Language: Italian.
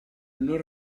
non